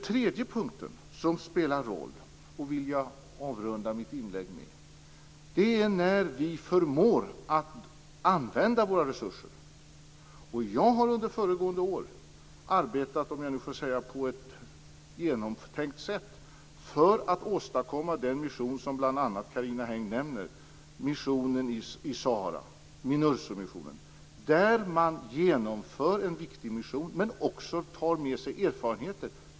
Jag vill avrunda mitt inlägg med den tredje punkten som spelar roll. Det är när vi förmår att använda våra resurser. Jag har under föregående år arbetat på ett genomtänkt sätt för att åstadkomma den mission som bl.a. Carina Hägg nämner, nämligen Minursosmissionen i Sahara. Det är en viktig mission som man kan ta med sig erfarenheter ifrån.